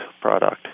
product